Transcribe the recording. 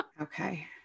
Okay